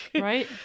right